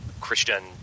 Christian